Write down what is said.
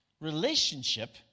relationship